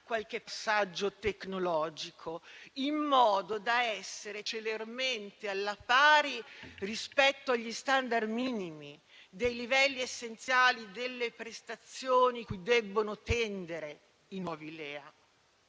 qualche passaggio tecnologico, in modo da essere celermente alla pari rispetto agli *standard* minimi dei livelli essenziali delle prestazioni cui debbono tendere i nuovi LEA.